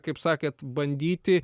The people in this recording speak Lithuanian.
kaip sakėt bandyti